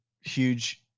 huge